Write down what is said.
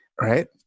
right